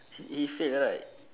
did he fail right